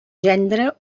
gendre